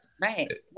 Right